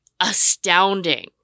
astounding